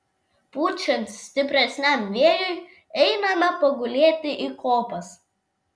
pučiant stipresniam vėjui einame pagulėti į kopas